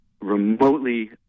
remotely